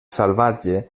salvatge